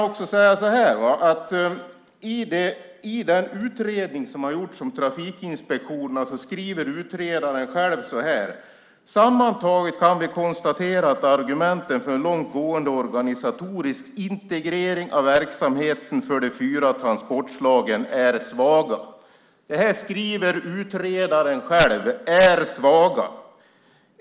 I den utredning som har gjorts om Trafikinspektionen skriver utredaren själv så här: "Sammantaget kan vi konstatera att argumenten för en långt gående organisatorisk integrering av verksamheten för de fyra trafikslagen är svaga." Detta skriver utredaren själv: "är svaga".